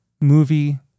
movie